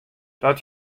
dat